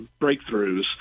breakthroughs